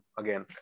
again